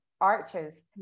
arches